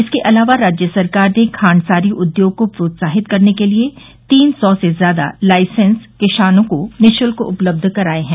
इसके अलावा राज्य सरकार ने खांडसारी उद्योग को प्रोत्साहित करने के लिए तीन सौ से ज्यादा लाईसेंस किसानों को निःशृत्क उपलब्ध कराये हैं